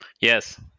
Yes